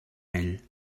ell